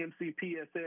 MCPSS